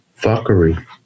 fuckery